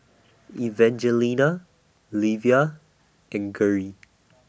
Evangelina Livia and Gerri